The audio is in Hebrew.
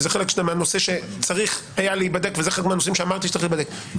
וזה חלק מהנושא שצריך היה להיבדק וזה חלק מהנושאים שאמרתי שצריך להיבדק,